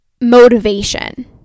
motivation